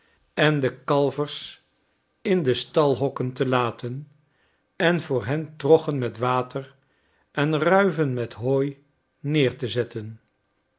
en de kalvers in de stalhokken te laten en voor hen troggen met water en ruiven met hooi neer te zetten